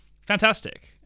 fantastic